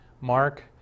Mark